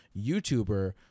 YouTuber